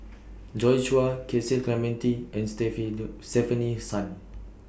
Joi Chua Cecil Clementi and Stefanie Sun